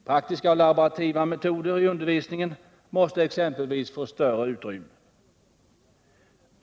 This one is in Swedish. Praktiska och laborativa metoder i undervisningen måste exempelvis få större utrymme.